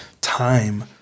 time